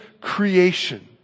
creation